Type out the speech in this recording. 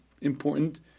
Important